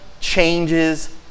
changes